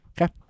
Okay